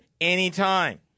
anytime